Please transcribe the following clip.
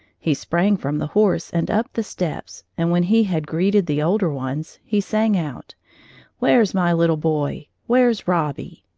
he sprang from the horse and up the steps, and when he had greeted the older ones, he sang out where's my little boy where's robbie?